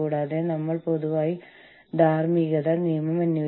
കൂടാതെ നിങ്ങളുടെ പ്രഭാഷണത്തിന്റെ ഈ ഭാഗം ഈ പുസ്തകത്തിൽ നിന്നാണ് എടുത്തിട്ടുള്ളത്